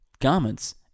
garments